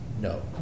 No